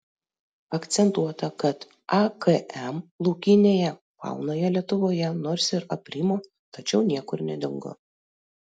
akcentuota kad akm laukinėje faunoje lietuvoje nors ir aprimo tačiau niekur nedingo